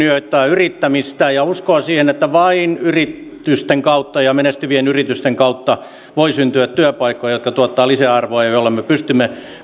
yrittämistä ja uskoo siihen että vain yritysten kautta ja menestyvien yritysten kautta voi syntyä työpaikkoja jotka tuottavat lisäarvoa ja joilla me pystymme